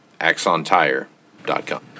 axontire.com